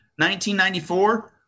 1994